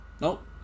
Nope